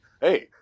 hey